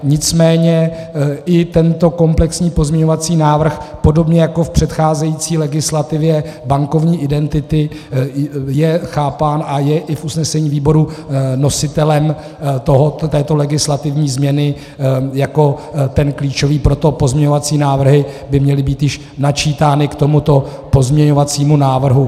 Nicméně i tento komplexní pozměňovací návrh podobně jako v předcházející legislativě bankovní identity je chápán a je i v usnesení výboru nositelem této legislativní změny jako ten klíčový, proto pozměňovací návrhy by měly být již načítány k tomuto pozměňovacímu návrhu.